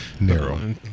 narrow